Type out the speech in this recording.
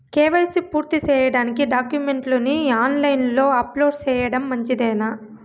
KYC పూర్తి సేయడానికి డాక్యుమెంట్లు ని ఆన్ లైను లో అప్లోడ్ సేయడం మంచిదేనా?